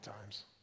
times